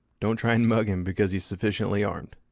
don't try and mug him, because he's sufficiently armed.